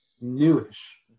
newish